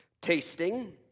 tasting